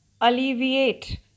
Alleviate